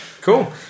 cool